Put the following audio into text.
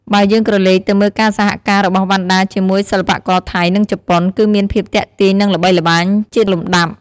បើយើងក្រឡេកទៅមើលការសហការរបស់វណ្ណដាជាមួយសិល្បករថៃ និងជប៉ុន គឺមានភាពទាក់ទាញនិងល្បីល្បាញចាលំដាប់។